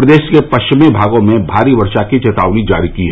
प्रदेश के पश्चिमी भाग में भारी वर्षा की चेतावनी जारी की है